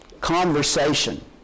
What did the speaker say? conversation